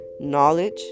knowledge